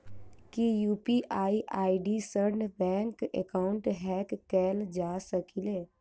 की UPI ID सऽ bank account hack कैल जा सकलिये?